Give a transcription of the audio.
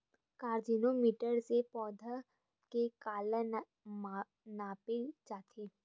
आकजेनो मीटर से पौधा के काला नापे जाथे?